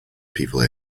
people